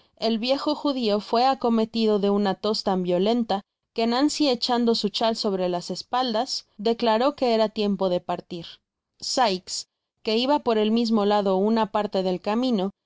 el viejo judio fué acometido de una tos tan violenta que nancy echando su chai sobre las espaldas declaró que era tiempo de partir sikes que iba por el mismo lado una parte del camino